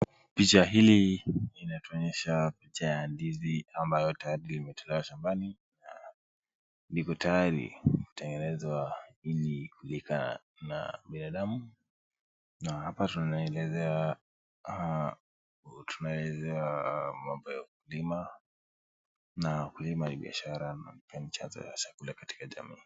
Picha hili linatonyesha picha ya ndizi ambayo tayari imetolewa shambani, na liko tayari kutengenezwa ili kulika na binadamu, na hapa tunaelezewa mambo ya ukulima, na ukulima ni biashara na pia ni chanzo cha chakula katika jamii.